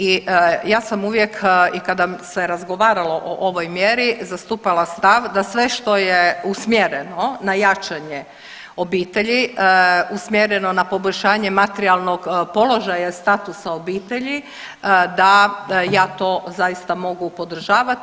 I ja sam uvijek i kada se razgovaralo o ovoj mjeri zastupala stav da sve što je usmjereno na jačanje obitelji usmjereno na poboljšanje materijalnog položaja statusa obitelji da ja to zaista mogu podržavati.